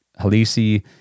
Halisi